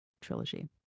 trilogy